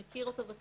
מכיר אותו.